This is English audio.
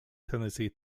tennessee